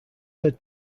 said